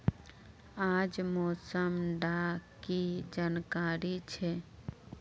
आज मौसम डा की जानकारी छै?